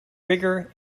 rigor